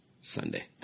Sunday